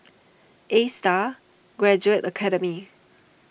Astar Graduate Academy